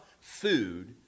food